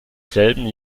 selben